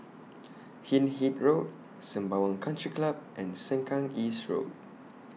Hindhede Road Sembawang Country Club and Sengkang East Road